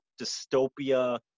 Dystopia